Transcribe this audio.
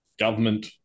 government